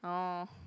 oh